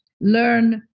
learn